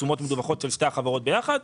התשומות של שתי החברות מדווחות ביחד.